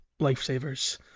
lifesavers